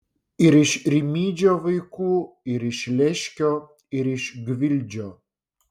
ir iš rimydžio vaikų ir iš leškio ir iš gvildžio